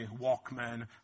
Walkman